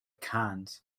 cannes